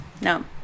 No